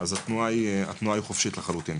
אז התנועה היא חופשית לחלוטין.